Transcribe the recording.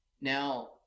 Now